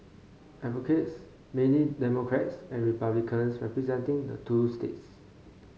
advocates mainly Democrats and Republicans representing the two states